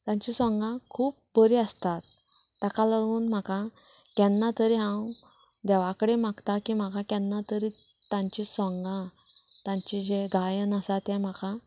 तांची सोंगां खूब बरीं आसतात ताका लागून म्हाका केन्ना तरी हांव देवा कडेन मागतां की म्हाका केन्ना तरी तांची सोंगां तांचें जें गायन आसा तें म्हाका